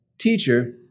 Teacher